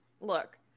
look